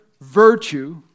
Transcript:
virtue